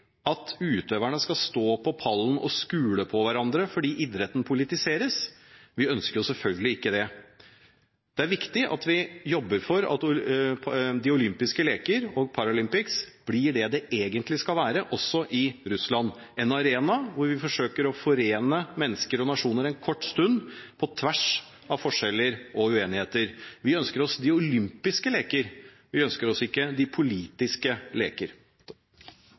at utøverne skal stå på pallen og skule på hverandre fordi idretten politiseres? Vi ønsker selvfølgelig ikke det. Det er viktig at vi jobber for at de olympiske leker og Paralympics blir det det egentlig skal være, også i Russland: en arena hvor vi forsøker å forene mennesker og nasjoner en kort stund på tvers av forskjeller og uenigheter. Vi ønsker oss de olympiske leker – ikke de politiske leker.